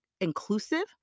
inclusive